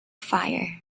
fire